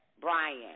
Brian